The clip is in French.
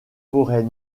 forêt